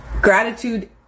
Gratitude